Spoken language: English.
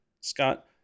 Scott